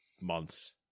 months